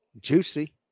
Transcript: Juicy